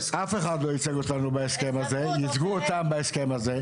הזה, ייצגו אותם בהסכם הזה.